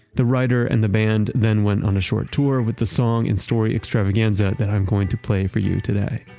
the writer and the band then went on a short tour with the song and story extravaganza that i'm going to play for you today.